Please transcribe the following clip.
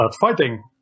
fighting